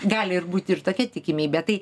gali ir būti ir tokia tikimybė tai